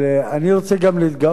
אני רוצה גם להתגאות